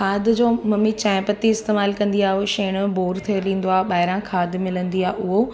खाद जो मम्मी चांहि पत्ती इस्तेमालु कंदी आहे उहो शइर जो बोर तेल ईंदो आहे ॿाहिरां खाद मिलंदी आहे उहो